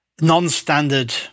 non-standard